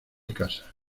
casa